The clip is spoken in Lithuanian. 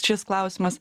šis klausimas